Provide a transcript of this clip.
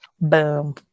Boom